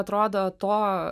atrodo to